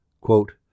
quote